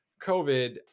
covid